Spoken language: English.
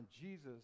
Jesus